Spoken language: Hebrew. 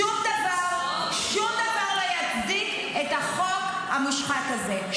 שום דבר לא יצדיק את החוק המושחת הזה.